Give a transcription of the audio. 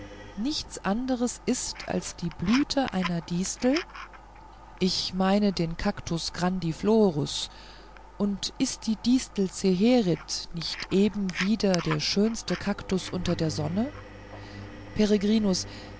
nichts anders ist als die blüte einer distel ich meine den cactus grandiflorus und ist die distel zeherit nicht eben wieder der schönste cactus unter der sonne